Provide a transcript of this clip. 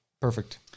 perfect